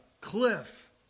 Cliff